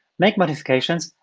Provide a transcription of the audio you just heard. make modifications,